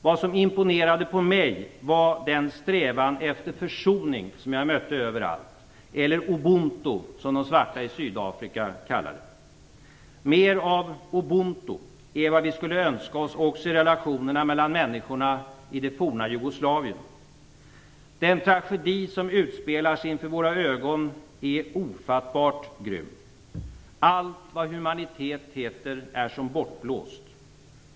Vad som imponerade på mig var den strävan efter försoning som jag mötte överallt - eller ubuntu, som de svarta i Sydafrika talar om. Mer av ubuntu är vad vi skulle önska oss också i relationerna mellan människorna i det forna Jugoslavien. Den tragedi som utspelar sig inför våra ögon är ofattbart grym. Allt vad humanitet heter är som bortblåst.